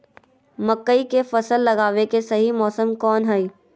मकई के फसल लगावे के सही मौसम कौन हाय?